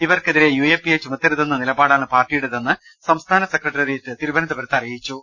ഇവർക്കെതിരെ U A P A ചുമത്തരുതെന്ന നിലപാടാണ് പാർട്ടിയുടേ തെന്ന് സംസ്ഥാന സെക്രട്ടേറിയറ്റ് തിരുവനന്തപുരത്ത് അറിയിച്ചു